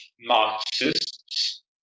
Marxists